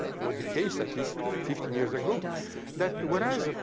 was the case at least fifteen years ago that whereas,